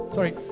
Sorry